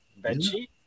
Bedsheet